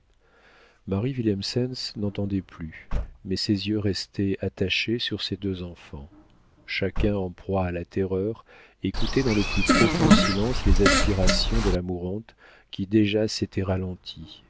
willemsens n'entendait plus mais ses yeux restaient attachés sur ses deux enfants chacun en proie à la terreur écoutait dans le plus profond silence les aspirations de la mourante qui déjà s'étaient ralenties